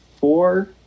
four